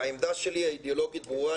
העמדה האידיאולוגית שלי ברורה,